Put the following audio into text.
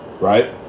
right